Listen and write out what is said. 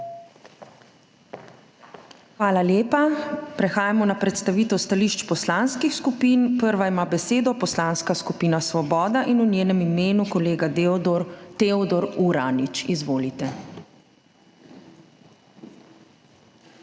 Hvala lepa. Prehajamo na predstavitev stališč poslanskih skupin. Prva ima besedo Poslanska skupina Svoboda in v njenem imenu kolega Teodor Uranič. Izvolite.